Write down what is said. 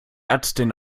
ärztin